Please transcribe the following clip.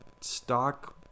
stock